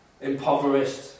impoverished